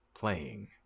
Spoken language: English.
playing